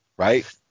Right